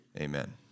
amen